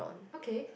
okay